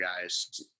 guys